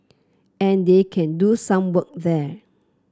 and they can do some work there